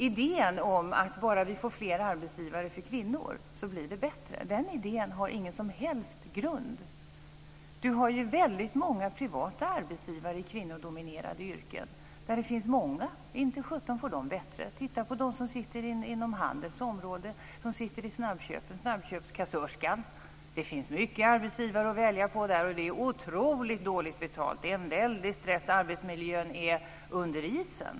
Idén om att bara vi får fler arbetsgivare för kvinnor så blir det bättre har ingen som helst grund. Det finns ju väldigt många privata arbetsgivare i kvinnodominerade yrken. Inte sjutton får dessa kvinnor det bättre där! Titta på dem inom handelns område som sitter i snabbköpet, snabbköpskassörskorna. De har många arbetsgivare att välja på där, och det är otroligt dåligt betalt. Det är en väldig stress och arbetsmiljön är under isen.